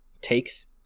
takes